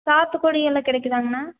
சாத்துக்குடி எல்லாம் கிடைக்குதாங்ண்ணா